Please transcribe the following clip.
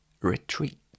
retreat